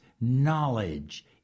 knowledge